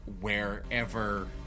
wherever